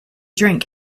drink